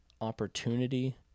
opportunity